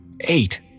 eight